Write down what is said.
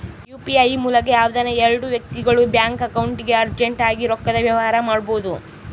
UPI ಮೂಲಕ ಯಾವ್ದನ ಎಲ್ಡು ವ್ಯಕ್ತಿಗುಳು ಬ್ಯಾಂಕ್ ಅಕೌಂಟ್ಗೆ ಅರ್ಜೆಂಟ್ ಆಗಿ ರೊಕ್ಕದ ವ್ಯವಹಾರ ಮಾಡ್ಬೋದು